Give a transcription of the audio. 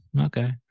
okay